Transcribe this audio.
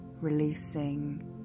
releasing